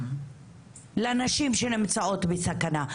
לנשים שנמצאות בסכנה.